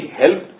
help